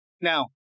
Now